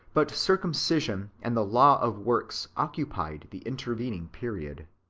but circumcision and the law of works occupied the intervening period.